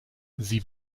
sie